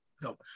No